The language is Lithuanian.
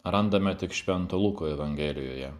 randame tik švento luko evangelijoje